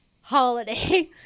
holiday